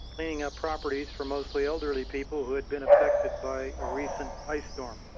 cleaning up properties for mostly elderly people who had been affected by a recent ice storm.